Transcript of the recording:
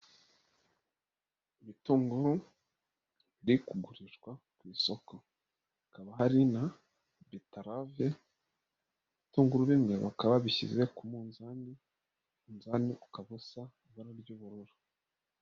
Imitungoru, biri kugurishwa ku isoko, hakaba hari na betarave, ibitunguru bimwe bakaba bishyize ku munzani, umunzani ukaba usa, ibara ry'ubururu.